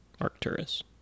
Arcturus